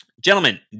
Gentlemen